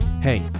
hey